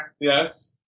Yes